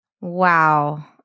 Wow